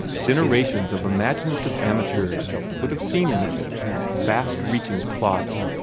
generations of imaginative amateurs would have seen in it vast reaching plots,